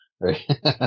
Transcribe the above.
right